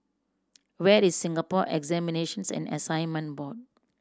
where is Singapore Examinations and Assessment Board